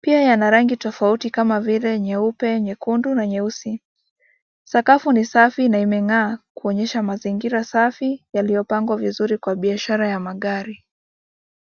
Pia yana rangi tofauti kama vile nyeupe, nyekundu na nyeusi. Sakafu ni safi na imeng'aa kuonyesha mazingira safi yaliyopangwa vizuri kwa biashara ya magari.